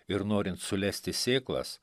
ir norint sulesti sėklas